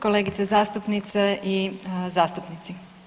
Kolegice zastupnice i zastupnici.